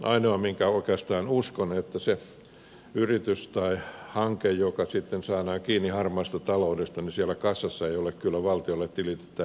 ainoa minkä oikeastaan uskon on se että sen yrityksen tai hankkeen joka sitten saadaan kiinni harmaasta taloudesta kassassa ei ole kyllä valtiolle tilitettävää rahaa